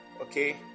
Okay